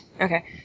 Okay